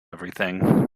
everything